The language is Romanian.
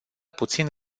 puțin